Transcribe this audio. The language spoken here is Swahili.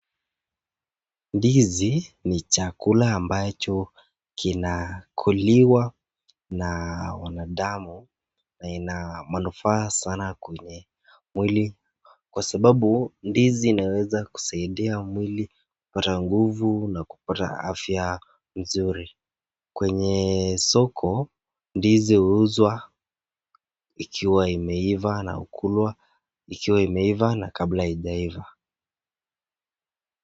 Ndizi ni chakula ambacho kinakuliwa na wanadamu na ina manufaa sana kwenye mwilini kwa sababu ndizi inaweza kusaidia mwili kupata nguvu na kupata afya nzuri kwenye soko ndizi huuzwa ikiwa imeiva na hukulwa ikiwa imeiva na kabla haijaiva.